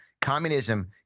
Communism